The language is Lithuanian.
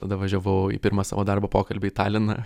tada važiavau į pirmą savo darbo pokalbį į taliną